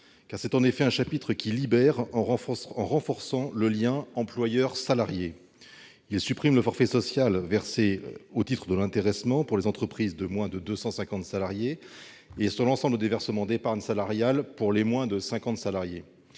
C'est en effet un chapitre qui libère, en renforçant le lien employeur-salarié. Il supprime le forfait social versé au titre de l'intéressement pour les entreprises de moins de 250 salariés et sur l'ensemble des versements d'épargne salariale pour les entreprises de moins de 50 salariés.